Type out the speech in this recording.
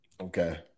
Okay